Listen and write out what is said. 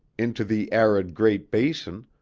into the arid great basin,